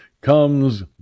comes